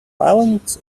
violence